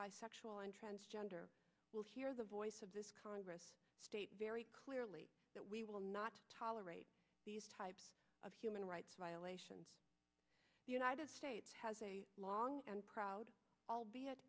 bisexual and transgender will hear the voice of this congress state very clearly that we will not tolerate these types of human rights violations the united states has a long and proud albeit